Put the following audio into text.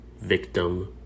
victim